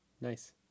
nice